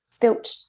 built